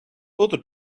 other